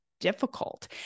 difficult